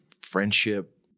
friendship